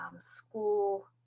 school